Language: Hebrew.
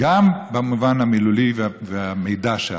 במובן המילולי ובמידע שעלה,